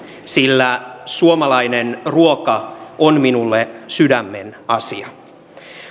sillä suomalainen ruoka on minulle sydämen asia